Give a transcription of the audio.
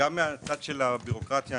גם מהצד של הבירוקרטיה,